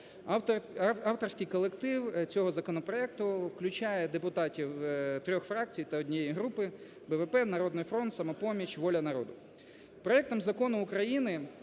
Авторський колектив цього законопроекту включає депутатів трьох фракцій та однієї групи: БПП, "Народний фронт", "Самопоміч", "Воля народу".